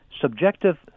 subjective